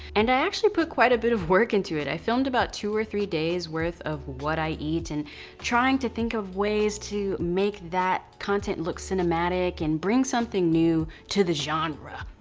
and i actually put quite a bit of work into it. i filmed about two or three days worth of what i eat, and trying to think of ways to make that content look cinematic, and bring something new to the genre,